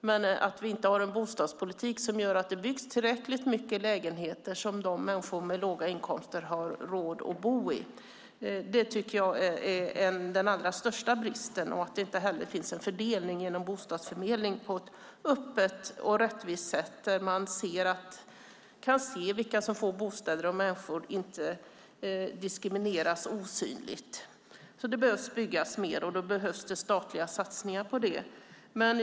Men att vi inte har en bostadspolitik som gör att det byggs tillräckligt många lägenheter som människor med låga inkomster har råd att bo i tycker jag är den allra största bristen, vid sidan av att det inte heller sker en fördelning genom bostadsförmedling på ett öppet och rättvist sätt där man kan se vilka som får bostäder, om människor inte diskrimineras osynligt. Det behöver byggas mer, och då behövs det statliga satsningar på det.